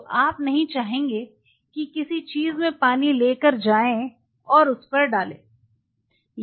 तो आप नहीं चाहेंगे कि किसी चीज में पानी ले कर जाएँ और उस पर डालें देखें समय 2010